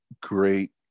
great